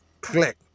Click